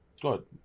Good